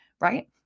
right